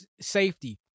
safety